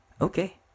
Okay